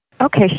Okay